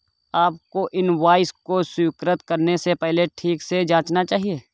आपको इनवॉइस को स्वीकृत करने से पहले ठीक से जांचना चाहिए